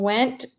Went